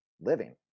living